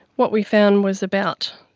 what we found was about